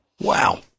Wow